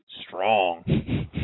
strong